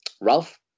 Ralph